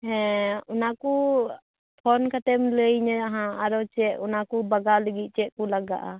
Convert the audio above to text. ᱦᱮᱸ ᱚᱱᱟᱠᱚ ᱯᱷᱳᱱ ᱠᱟᱛᱮᱢ ᱞᱟ ᱭᱟᱧᱟ ᱦᱟᱜ ᱟᱨᱚ ᱪᱮᱫ ᱚᱱᱟᱠᱚ ᱵᱟᱜᱟᱣ ᱞᱟ ᱜᱤᱜ ᱪᱮᱫ ᱠᱚ ᱞᱟᱜᱟᱜᱼᱟ